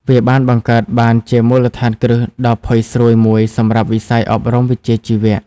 វាបានបង្កើតបានជាមូលដ្ឋានគ្រឹះដ៏ផុយស្រួយមួយសម្រាប់វិស័យអប់រំវិជ្ជាជីវៈ។